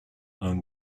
own